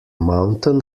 mountain